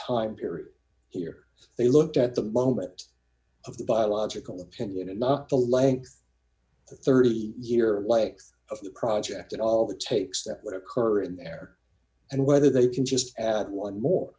time period here they looked at the moment of the biological opinion and not the length the thirty year length of the project and all the takes that would occur in there and whether they can just add one more